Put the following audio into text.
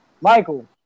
Michael